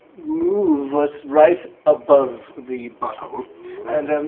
move us right above the butthole and,